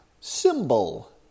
Symbol